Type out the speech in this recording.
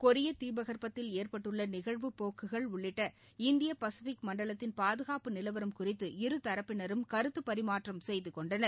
கொரிய தீபகற்பத்தில் ஏற்பட்டுள்ள நிகழ்வு போக்குகள் உள்ளிட்ட இந்திய பசிபிக் மண்டலத்தின் தற்போதைய பாதுகாப்பு நிலவரம் குறித்து இருதரப்பினரும் கருத்துப்பரிமாற்றம் செய்துகொண்டனர்